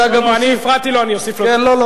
אתה אגב נוסע, אני הפרעתי לו, אני אוסיף לו דקה.